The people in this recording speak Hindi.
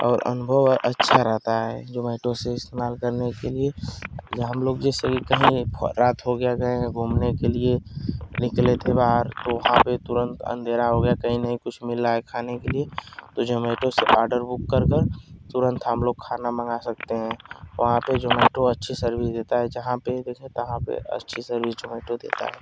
और अनुभव अच्छा रहता है जोमेटो से इस्तेमाल करने के लिए ज हम लोग जैसे कि कहीं रात हो गया गए हैं घूमने के लिए निकले थे बाहर तो वहाँ पर तुरंत अंधेरा हो गया कहीं नहीं कुछ मिला है खाने के लिए तो जोमेटो से ऑर्डर बुक कर कर तुरंत हम लोग खाना मँगा सकते हैं वहाँ पर जोमेटो अच्छी सर्विस देता है जहाँ पर देखे यहाँ पर अच्छी सर्विस जोमेटो देता है